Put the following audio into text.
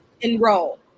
enroll